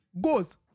goes